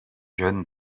jeunes